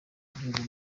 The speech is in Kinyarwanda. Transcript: igihugu